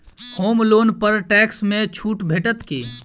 होम loan पर tax मे छुट भेटत की